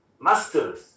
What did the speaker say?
masters